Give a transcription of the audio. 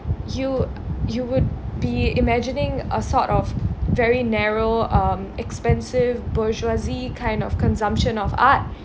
you you would be imagining a sort of very narrow um expensive bourgeoisie kind of consumption of art